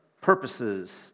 purposes